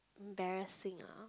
embarrassing ah